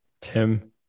Tim